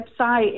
website